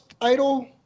idol